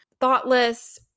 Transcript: thoughtless